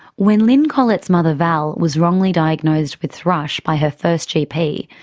when lyn collet's mother val was wrongly diagnosed with thrush by her first gp,